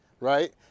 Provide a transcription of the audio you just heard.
right